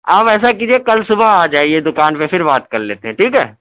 آپ ایسا کیجیے کل صبح آ جائیے دکان پہ پھر بات کر لیتے ہیں ٹھیک ہے